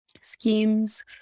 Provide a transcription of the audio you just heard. schemes